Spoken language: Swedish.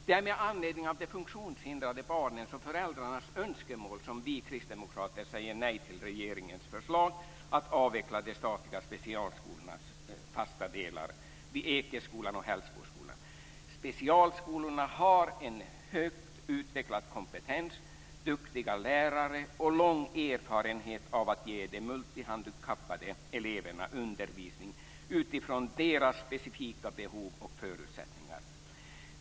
Det är med anledning av de funktionshindrade barnens och föräldrarnas önskemål som vi kristdemokrater säger nej till regeringens förslag att avveckla de statliga specialskolornas fasta delar vid Ekeskolan och Hällsboskolan. Specialskolorna har en högt utvecklad kompetens, duktiga lärare och lång erfarenhet av att ge de multihandikappade eleverna undervisning utifrån deras specifika behov och förutsättningar.